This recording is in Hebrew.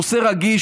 זה נושא רגיש,